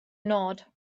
nod